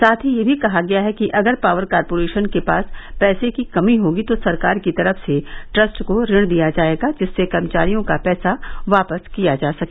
साथ ही यह भी कहा गया कि अगर पॉवर कॉरपोरेशन के पास पैसे की कमी होगी तो सरकार की तरफ से ट्रस्ट को ऋण दिया जायेगा जिससे कर्मचारियों का पैसा वापस किया जा सके